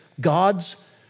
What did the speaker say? God's